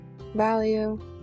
value